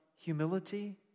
humility